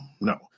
no